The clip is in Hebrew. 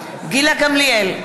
גמליאל,